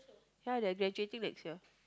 ya they are graduating next year